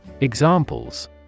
Examples